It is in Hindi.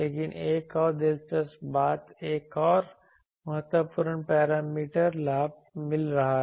लेकिन एक और दिलचस्प बात एक और महत्वपूर्ण पैरामीटर लाभ मिल रहा है